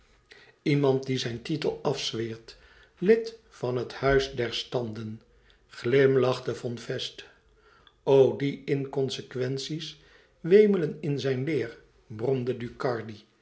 iemand die zijn titel afzweert lid van het huis der standen glimlachte von fest o die inconsequenties wemelen in zijn leer bromde ducardi